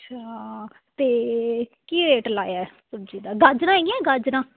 ਅੱਛਾ ਅਤੇ ਕੀ ਰੇਟ ਲਾਇਆ ਸਬਜ਼ੀ ਦਾ ਗਾਜਰਾਂ ਹੈਗੀਆਂ ਗਾਜਰਾਂ